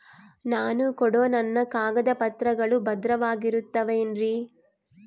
ನಾನು ಕೊಡೋ ನನ್ನ ಕಾಗದ ಪತ್ರಗಳು ಭದ್ರವಾಗಿರುತ್ತವೆ ಏನ್ರಿ?